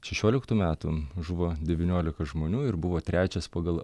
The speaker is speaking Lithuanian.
šešioliktų metų žuvo devyniolika žmonių ir buvo trečias pagal